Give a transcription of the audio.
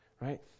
right